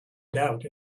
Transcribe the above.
doubt